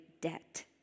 debt